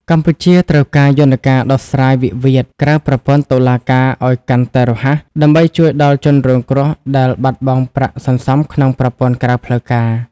កម្ពុជាត្រូវការយន្តការដោះស្រាយវិវាទក្រៅប្រព័ន្ធតុលាការឱ្យកាន់តែរហ័ស ដើម្បីជួយដល់ជនរងគ្រោះដែលបាត់បង់ប្រាក់សន្សំក្នុងប្រព័ន្ធក្រៅផ្លូវការ។